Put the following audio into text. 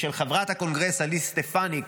ושל חברת הקונגרס אליס סטפאניק,